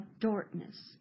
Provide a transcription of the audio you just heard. darkness